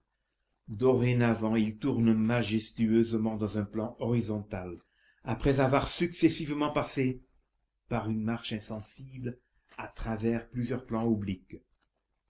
dorénavant il tourne majestueusement dans un plan horizontal après avoir successivement passé par une marche insensible à travers plusieurs plans obliques